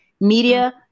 media